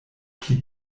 pli